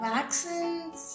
Vaccines